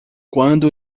quando